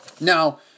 Now